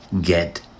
get